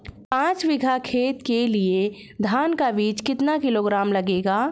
पाँच बीघा खेत के लिये धान का बीज कितना किलोग्राम लगेगा?